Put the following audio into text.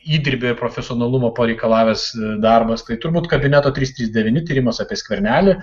įdirbio ir profesionalumo pareikalavęs darbas tai turbūt kabineto trys trys devyni tyrimas apie skvernelį